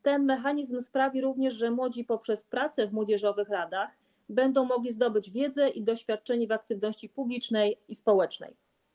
Ten mechanizm sprawi również, że młodzi poprzez pracę w młodzieżowych radach będą mogli zdobyć wiedzę i doświadczenie w aktywności publicznej i społecznej.